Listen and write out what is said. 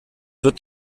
wird